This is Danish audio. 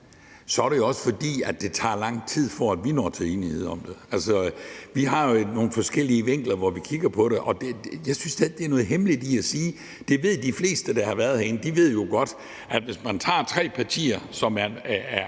er det også, fordi det tager lang tid, før vi når til enighed om det. Vi har jo nogle forskellige vinkler, når vi kigger på det, og jeg synes da ikke, der er noget hemmeligt i det. De fleste, der har været herinde, ved jo godt, at hvis man tager tre partier, som er